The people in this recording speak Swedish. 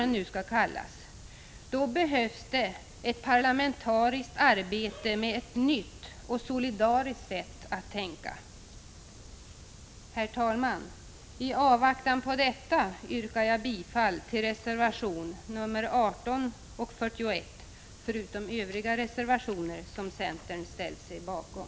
Då behövs det ett parlamentariskt arbete med ett nytt och solidariskt sätt att tänka. Herr talman! I avvaktan på detta yrkar jag bifall till reservationerna nr 18 och 41 och till övriga reservationer som centern ställt sig bakom.